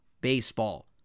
baseball